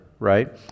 Right